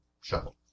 shovel